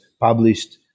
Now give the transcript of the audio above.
published